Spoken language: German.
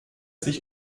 sich